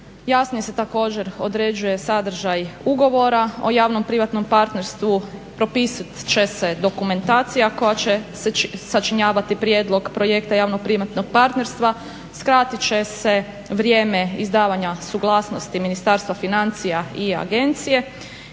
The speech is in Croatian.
Jasnije se također određuje sadržaj ugovora o javnom-privatnom partnerstvu, propisat će se dokumentacija koja će sačinjavati prijedlog projekta javnog-privatnog partnerstva. Skratit će se vrijeme izdavanja suglasnosti Ministarstva financija i agencije